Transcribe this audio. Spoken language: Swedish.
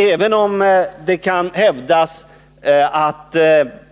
Även om det kan hävdas att